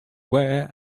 where